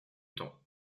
temps